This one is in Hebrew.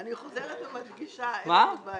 אני חוזרת ומדגישה, אין לנו בעיה.